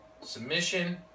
submission